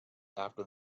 after